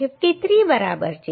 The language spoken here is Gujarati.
53 બરાબર છે